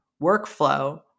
workflow